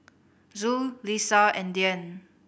Zul Lisa and Dian